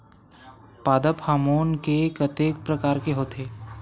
पादप हामोन के कतेक प्रकार के होथे?